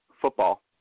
football